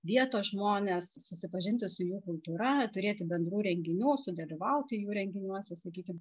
vietos žmones susipažinti su jų kultūra turėti bendrų renginių sudalyvauti jų renginiuose sakykim